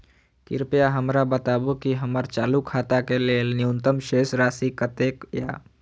कृपया हमरा बताबू कि हमर चालू खाता के लेल न्यूनतम शेष राशि कतेक या